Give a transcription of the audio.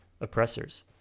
oppressors